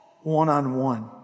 one-on-one